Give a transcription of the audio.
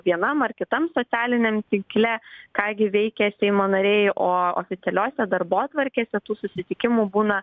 vienam ar kitam socialiniam tinkle ką gi veikia seimo nariai o oficialiose darbotvarkėse tų susitikimų būna